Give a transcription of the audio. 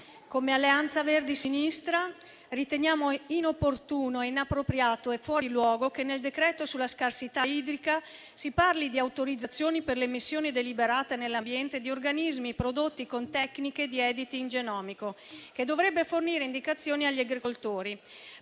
come Alleanza Verdi e Sinistra, riteniamo inopportuno, inappropriato e fuori luogo che nel decreto-legge sulla scarsità idrica si parli di autorizzazioni per le emissioni deliberate nell'ambiente di organismi prodotti con tecniche di *editing* genomico, che dovrebbe fornire indicazioni agli agricoltori.